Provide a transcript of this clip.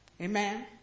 Amen